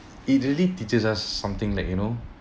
it really teaches us something like you know